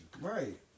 Right